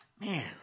Man